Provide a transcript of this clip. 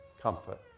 comfort